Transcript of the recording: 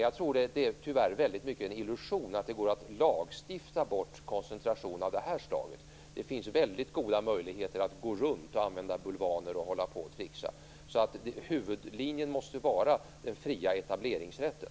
Jag tror tyvärr att det är en illusion att det går att lagstifta bort koncentration av det här slaget. Det finns ju väldigt goda möjligheter att kringgå lagen genom att använda bulvaner och hålla på att tricksa, så huvudlinjen måste vara den fria etableringsrätten.